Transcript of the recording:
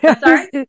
Sorry